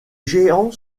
géants